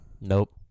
Nope